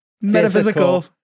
metaphysical